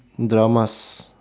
dramas